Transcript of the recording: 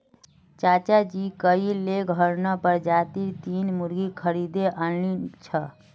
चाचाजी कइल लेगहॉर्न प्रजातीर तीन मुर्गि खरीदे आनिल छ